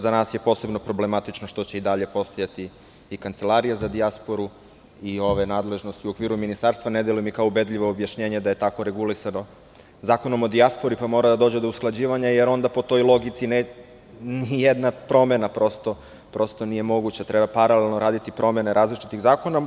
Za nas je posebno problematično što će i dalje postojati i Kancelarija za dijasporu i ove nadležnosti u okviru ministarstva, ne deluju mi kao ubedljivo objašnjenje da je tako regulisano Zakonom o dijaspori, pa mora da dođe do usklađivanja, jer onda po toj logici nijedna promena prosto nije moguća, treba paralelno raditi promene različitih zakona.